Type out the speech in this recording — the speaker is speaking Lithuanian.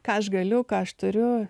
ką aš galiu ką aš turiu